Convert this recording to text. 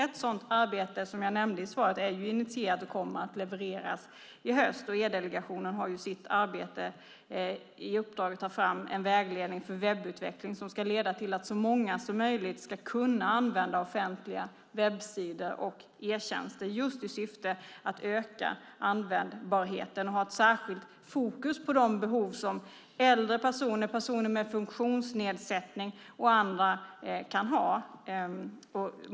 Ett sådant arbete som jag nämnde i svaret är initierat och kommer att levereras i höst, och E-delegationen har ju i uppdrag att ta fram en vägledning för webbutveckling som ska leda till att så många som möjligt ska kunna använda offentliga webbsidor och e-tjänster just i syfte att öka användbarheten och ha särskilt fokus på de behovs som äldre personer, personer med funktionsnedsättning och andra kan ha.